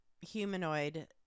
humanoid